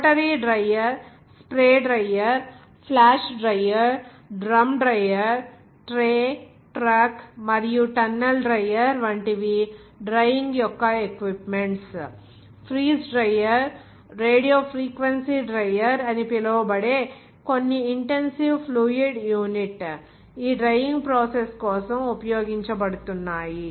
rotary dryer spray dryer flash dryer drum dryer drum dryer tray truck మరియు tunnel dryer వంటి వి drying యొక్క equipments freeze dryer radio frequency dryer అని పిలువబడే కొన్ని ఇంటెన్సివ్ ఫ్లూయిడ్ యూనిట్ ఈ డ్రైయ్యింగ్ ప్రాసెస్ కోసం ఉపయోగించబడుతున్నాయి